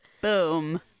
Boom